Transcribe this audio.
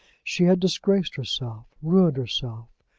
she had disgraced herself, ruined herself,